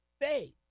faith